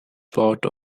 plot